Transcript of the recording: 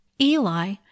Eli